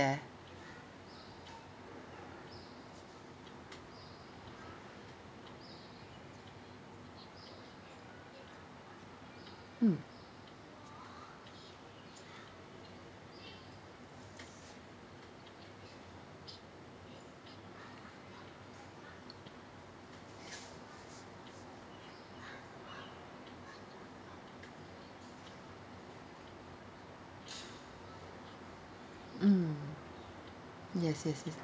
mm mm yes yes yes